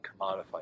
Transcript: commodified